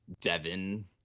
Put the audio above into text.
Devin